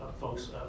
folks